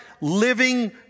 living